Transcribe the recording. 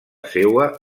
seua